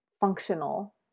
functional